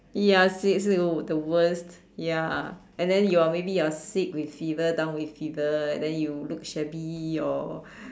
ya so so it the worst ya and then you're maybe you're sick with fever down with fever and then you look shabby or